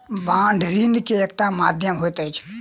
bond ऋण के एकटा माध्यम होइत अछि